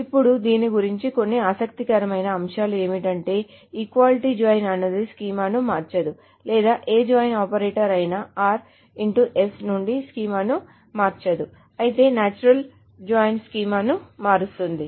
ఇప్పుడు దీని గురించి కొన్ని ఆసక్తికరమైన అంశాలు ఏమిటంటే ఈక్వాలిటీ జాయిన్ అనునది స్కీమాను మార్చదు లేదా ఏ జాయిన్ ఆపరేటర్ అయినా నుండి స్కీమాను మార్చదు అయితే నేచురల్ జాయిన్ స్కీమాను మారుస్తుంది